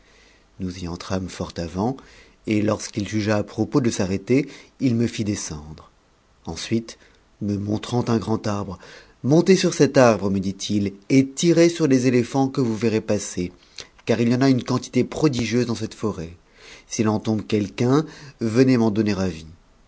nous entrâmes fort avant et lorsqu'il jugea à propos de s'arrêter t e descendre ensuite me montrant un grand arbre montez sur cet arbre me dit-il et tirez sur les éléphants que vous verrez passer car il y en a une quantité prodigieuse dans cette forêt s'il en tombe quelqu venez m'en donner avis